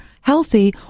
healthy